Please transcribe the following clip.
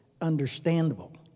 understandable